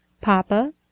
Papa